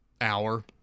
hour